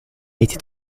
été